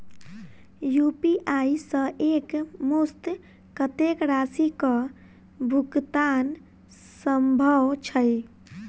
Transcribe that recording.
UPI सऽ एक मुस्त कत्तेक राशि कऽ भुगतान सम्भव छई?